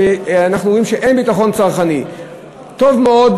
אנחנו רואים שאין ביטחון צרכני.